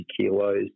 kilos